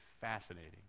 fascinating